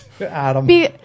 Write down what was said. Adam